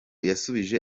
yasubije